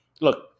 Look